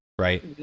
right